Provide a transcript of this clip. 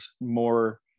more